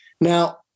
Now